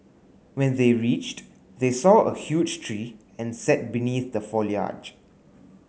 when they reached they saw a huge tree and sat beneath the foliage